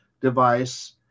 device